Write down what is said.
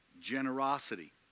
generosity